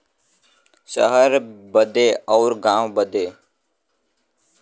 सहर बदे अउर गाँव बदे